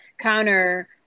counter